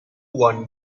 one